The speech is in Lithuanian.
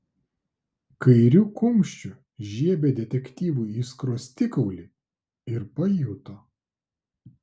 kairiu kumščiu žiebė detektyvui į skruostikaulį ir pajuto